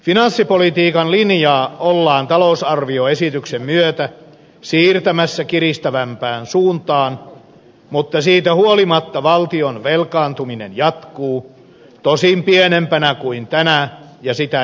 finanssipolitiikan linjaa ollaan talousarvioesityksen myötä siirtämässä kiristävämpään suuntaan mutta siitä huolimatta valtion velkaantuminen jatkuu tosin pienempänä kuin tänä ja edellisenä vuonna